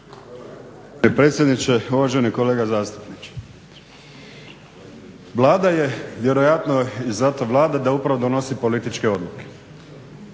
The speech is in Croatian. Hvala